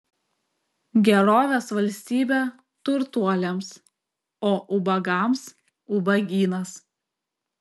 gerovės valstybė turtuoliams o ubagams ubagynas